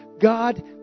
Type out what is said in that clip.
God